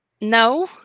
no